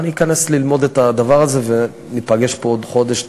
אני אכנס ללמוד את הדבר הזה וניפגש פה עוד חודש,